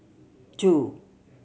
two